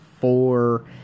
four